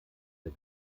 der